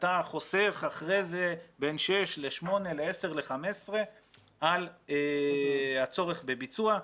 אתה חוסך אחרי זה בין 6 ל-8 ל-10 ל-15 על הצורך בביצוע.